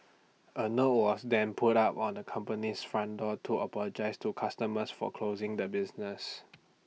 A note was then put up on the company's front door to apologise to customers for closing the business